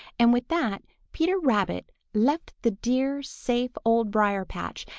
and with that, peter rabbit left the dear safe old briar-patch,